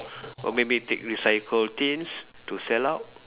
or maybe take recycle tins to sell out